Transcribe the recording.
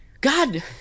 God